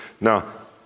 Now